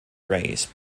race